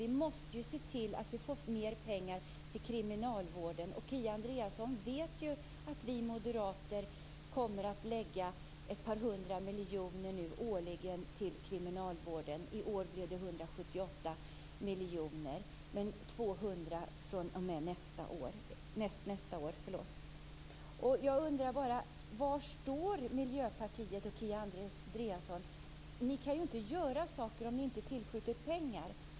Vi måste se till att få mer pengar till kriminalvården. Kia Andreasson vet att vi moderater årligen kommer att avsätta ett par hundra miljoner till kriminalvården. I år blev det 178 miljoner kronor. fr.o.m. nästnästa år blir det 200 miljoner kronor. Var står Miljöpartiet och Kia Andreasson? Ni kan inte göra saker om ni inte skjuter till pengar.